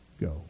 go